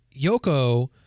Yoko